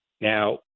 Now